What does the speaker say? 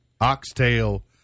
oxtail